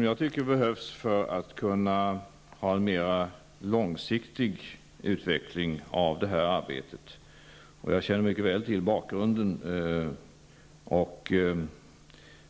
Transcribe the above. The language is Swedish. Herr talman! Jag känner mycket väl till bakgrunden,